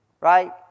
right